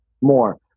more